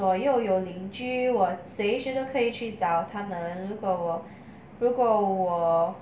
左右有邻居我随时都可以去找他们如果我如果我